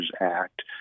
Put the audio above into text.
Act